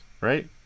right